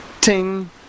ting